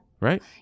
Right